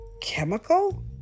chemical